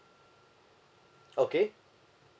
okay